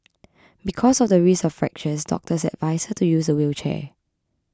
because of the risk of fractures doctors advised her to use a wheelchair